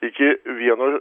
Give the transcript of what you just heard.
iki vieno